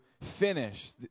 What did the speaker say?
finish